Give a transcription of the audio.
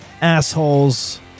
assholes